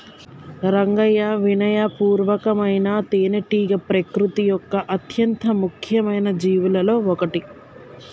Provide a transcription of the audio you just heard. రంగయ్యా వినయ పూర్వకమైన తేనెటీగ ప్రకృతి యొక్క అత్యంత ముఖ్యమైన జీవులలో ఒకటి